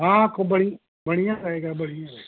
हाँ खूब बढ़ि बढ़िया रहेगा बढ़िया रहेगा